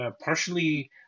partially